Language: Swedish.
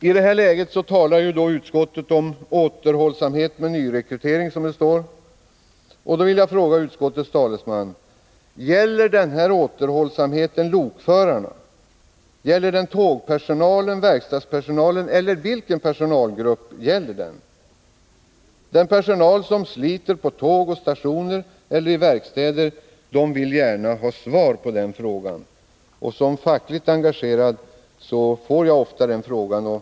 I det läget talar utskottet om återhållsamhet med nyrekrytering. Då vill jag fråga utskottets talesman: Gäller den återhållsamheten lokförarna? Gäller den tågpersonalen, gäller den verkstadspersonalen? Eller vilken personal gäller den? Den personal som sliter på tåg och stationer samt i verkstäder vill gärna ha ett svar. Som fackligt engagerad får jag ofta frågor om detta.